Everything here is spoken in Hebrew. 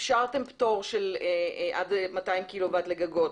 אפשרתם פטור של עד 200 קילוואט לגגות,